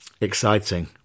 exciting